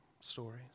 stories